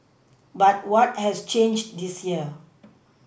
but what has changed this year